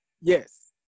Yes